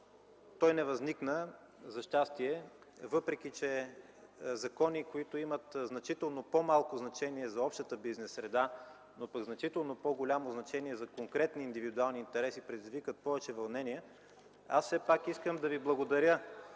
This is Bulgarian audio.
не възникна, въпреки че закони, които имат значително по-малко значение за общата бизнес среда, но пък значително по-голямо значение за конкретни индивидуални интереси, предизвикват повече вълнения. Аз все пак искам да ви благодаря